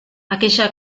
aquella